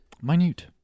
Minute